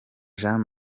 jean